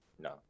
No